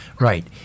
right